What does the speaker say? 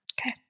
okay